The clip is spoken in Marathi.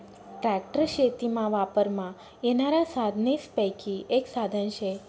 ट्रॅक्टर शेतीमा वापरमा येनारा साधनेसपैकी एक साधन शे